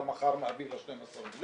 אתה מחר מעביר לה 12 מיליון?